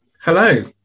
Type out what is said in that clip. Hello